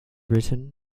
written